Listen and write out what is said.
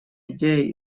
идея